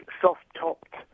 soft-topped